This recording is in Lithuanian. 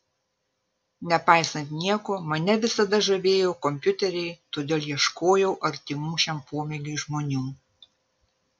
nepaisant nieko mane visada žavėjo kompiuteriai todėl ieškojau artimų šiam pomėgiui žmonių